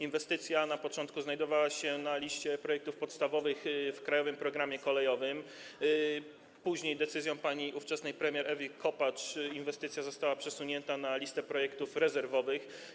Inwestycja na początku znajdowała się na liście projektów podstawowych w „Krajowym programie kolejowym”, później decyzją ówczesnej premier pani Ewy Kopacz została przesunięta na listę projektów rezerwowych.